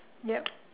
yup